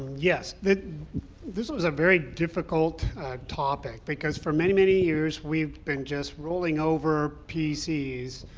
yes. this this was a very difficult topic, because for many, many years we've been just rolling over pcs.